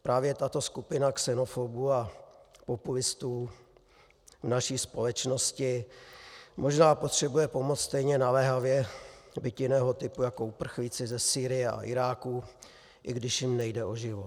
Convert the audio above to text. Právě tato skupina xenofobů a populistů v naší společnosti možná potřebuje pomoc stejně naléhavě, byť jiného typu, jako uprchlíci ze Sýrie a Iráku, i když jim nejde o život.